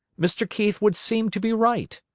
mr. keith would seem to be right,